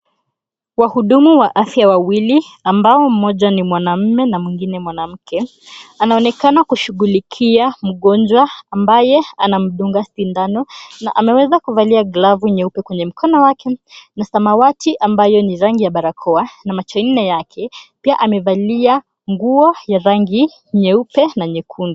Wahuduma wa afya wawili, ambao mmoja ni mwanamme na mwengine mwanamke, anaoneka kushughulikia mgonjwa ambaye anamdunga sindano. Ameweza kuvalia glavu nyeupe kwenye mkono wake na samawati, ambayo ni rangi ya barakoa, na macho nne yake. Pia amevalia nguo ya rangi nyeupe na nyekundu.